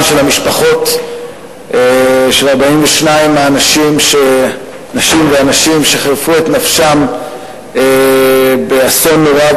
של המשפחות של 42 הנשים והאנשים שחירפו את נפשם באסון נורא,